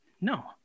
No